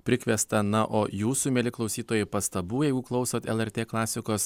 prikviesta na o jūsų mieli klausytojai pastabų jeigu klausot lrt klasikos